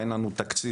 אין לנו תקציב,